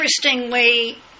interestingly